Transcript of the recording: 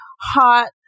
hot